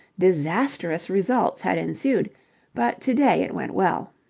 disastrous results had ensued but to-day it went well.